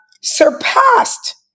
surpassed